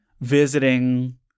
visiting